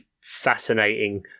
fascinating